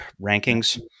rankings